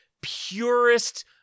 purest